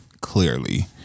clearly